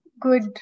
good